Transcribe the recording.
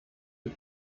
die